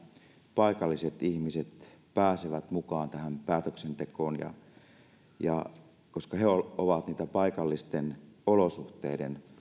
paikalliset ihmiset pääsevät mukaan tähän päätöksentekoon koska he ovat niitä paikallisten olosuhteiden